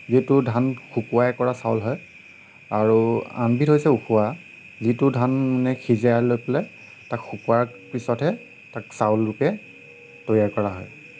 যিটো ধান শুকুৱাই কৰা চাউল হয় আৰু আনবিধ হৈছে উহোৱা যিটোৰ ধান মানে সিজাই লৈ পেলাই তাক শুকোৱাৰ পিছতহে তাক চাউল ৰূপে তৈয়াৰ কৰা হয়